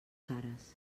cares